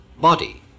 body